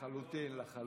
לחלוטין, לחלוטין.